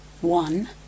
one